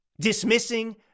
dismissing